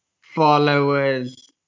followers